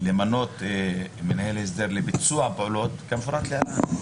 למנות מנהל הסדר לביצוע הפעולות כפורט להלן,